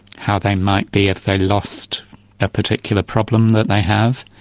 how they might be if they lost a particular problem that they have.